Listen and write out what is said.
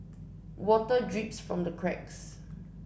water drips from the cracks